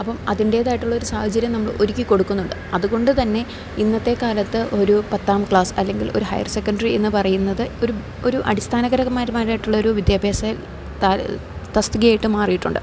അപ്പോള് അതിന്റേതായിട്ടുള്ള ഒരു സാഹചര്യം നമ്മൾ ഒരുക്കിക്കൊടുക്കുന്നുണ്ട് അതുകൊണ്ട് തന്നെ ഇന്നത്തെ കാലത്ത് ഒരു പത്താം ക്ലാസ് അല്ലെങ്കിൽ ഒരു ഹയർ സെക്കൻഡറി എന്നു പറയുന്നത് ഒരു അടിസ്ഥാനകരമായിട്ടുള്ളൊരു വിദ്യാഭ്യാസത്തിൽ യായിട്ട് മാറിയിട്ടുണ്ട്